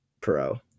pro